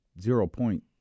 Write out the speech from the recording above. zero-point